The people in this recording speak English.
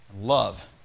Love